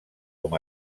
com